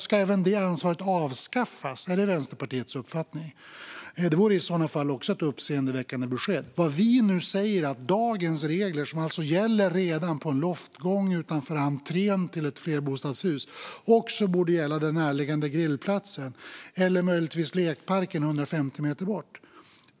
Ska även det ansvaret avskaffas? Är det Vänsterpartiets uppfattning? Det vore i så fall också ett uppseendeväckande besked. Vad vi nu säger är att dagens regler som alltså redan gäller för loftgången och utanför entrén till ett flerbostadshus också borde gälla för den närliggande grillplatsen och möjligtvis för lekparken 150 meter bort.